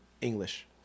English